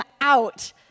out